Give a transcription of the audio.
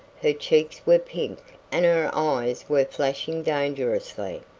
her cheeks were pink and her eyes were flashing dangerously.